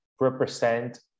represent